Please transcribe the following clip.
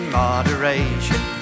moderation